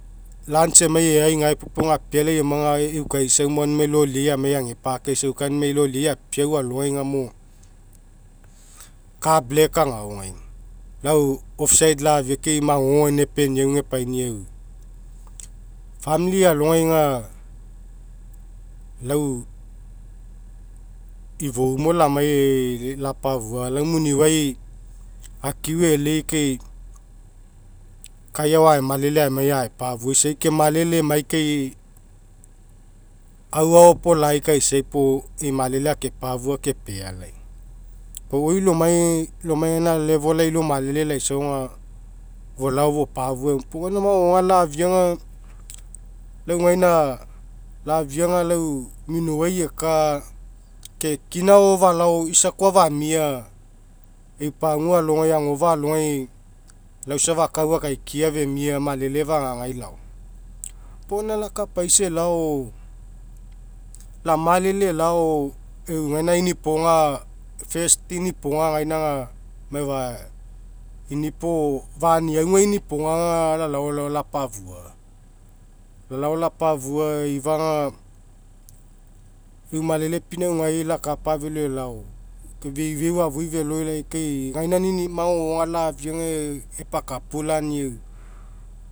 Lunch emai eai gae puo gapealai eoma aga eukaisau aunimai loliai amai agepa'a keisau kai aunimai loliai apiau alogai agamo car black agaogai lau off- side lafia kai magogo gaina epeniau aga epainiau, famili alogai aga lau ifoumo lamai lapafua. Lau muniuai akiu elei kai kaiagao ae malele aemoai aepafua. Isai kemalele emai kai aua opolai kaisai puo ei malele ake pafua kepealai. Pau oi lomai aga lomai gaina level'ai lomalele laiao aga falao fopofua eoma. Pau gaina magogoga lafia aga lau gaina falao isa koa famia, eu pagua alogai eu agofa'a a alogai lausa akau akaikia femia malele fagagai laonia. Pau gaina lakapaisa elao lamlele elao eu gaina inipagu first inipoga gaina agai maifa inipo fa'aniauyga inipoga aga lalao lalao lapafua lalao lapafua eifa aga eu malele pinaugai lakapa feloi elao kai feufeu afui feloi lai kai gaina nini magogoga lafia aga epakapulaniau.